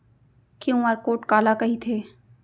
QR code काला कहिथे?